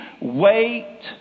Wait